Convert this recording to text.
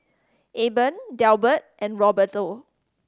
Eben Delbert and Roberto